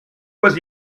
was